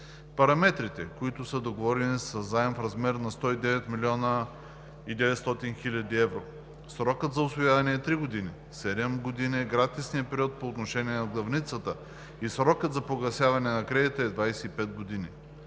Параметрите, които са договорени, са заем в размер до 109 млн. 900 хил. евро. Срокът за усвояване е три години, седем години е гратисният период по отношение на главницата и срокът за погасяване на кредита е 25 години.